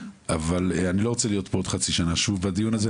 אבל אני לא רוצה להיות פה עוד חצי שנה שוב בדיון הזה.